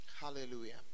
hallelujah